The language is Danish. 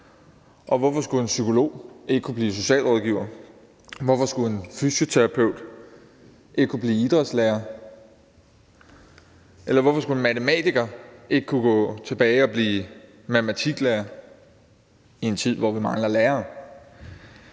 og hvorfor skulle en psykolog ikke kunne blive socialrådgiver? Hvorfor skulle en fysioterapeut ikke kunne blive idrætslærer, eller hvorfor skulle en matematiker ikke kunne gå tilbage og blive matematiklærer i en tid, hvor vi mangler lærere?